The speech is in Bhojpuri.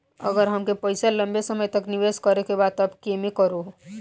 अगर हमके पईसा लंबे समय तक निवेश करेके बा त केमें करों?